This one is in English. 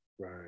Right